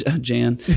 Jan